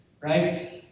right